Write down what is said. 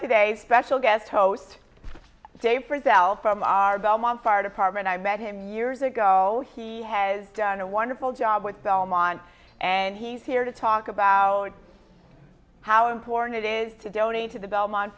today special guest host safer zel from our belmont fire department i met him years ago he has done a wonderful job with belmont and he's here to talk about how important it is to donate to the belmont